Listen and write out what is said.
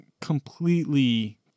completely